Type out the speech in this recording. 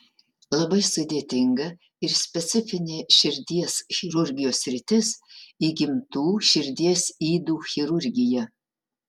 labai sudėtinga ir specifinė širdies chirurgijos sritis įgimtų širdies ydų chirurgija